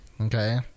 Okay